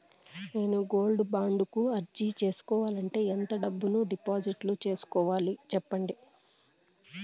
నేను gold bond కు అర్జీ సేసుకోవాలంటే ఎంత డబ్బును డిపాజిట్లు సేసుకోవాలి సెప్పండి